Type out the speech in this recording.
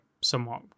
somewhat